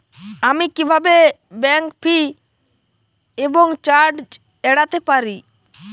আমি কিভাবে bank fee এবং চার্জ এড়াতে পারি?